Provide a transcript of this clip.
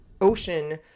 ocean